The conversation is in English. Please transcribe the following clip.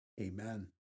Amen